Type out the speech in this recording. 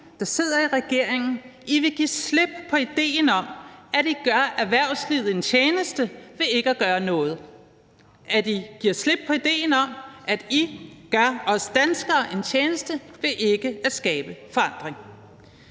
der sidder i regeringen, vil give slip på idéen om, at I gør erhvervslivet en tjeneste ved ikke at gøre noget; at I giver slip på idéen om, at I gør os danskere en tjeneste ved ikke at skabe forandring.